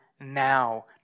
now